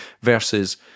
versus